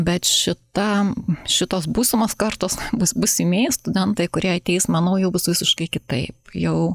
bet šitam šitos būsimos kartos bus būsimieji studentai kurie ateis manau jau bus visiškai kitaip jau